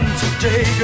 today